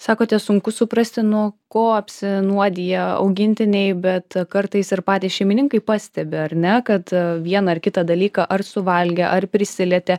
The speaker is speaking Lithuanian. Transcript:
sakote sunku suprasti nuo ko apsinuodija augintiniai bet kartais ir patys šeimininkai pastebi ar ne kad vieną ar kitą dalyką ar suvalgė ar prisilietė